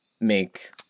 make